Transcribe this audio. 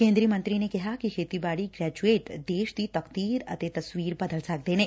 ਕੇਂਦਰੀ ਮੰਤਰੀ ਨੇ ਕਿਹਾ ਕਿ ਖੇਤੀਬਾਤੀ ਗੈਜੁਏਟ ਦੇਸ਼ ਦੀ ਤਕਦੀਰ ਅਤੇ ਤਸਵੀਰ ਬਦਲ ਸਕਦੇ ਨੇ